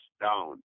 down